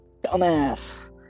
dumbass